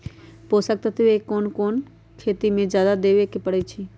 पोषक तत्व क कौन कौन खेती म जादा देवे क परईछी?